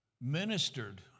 ministered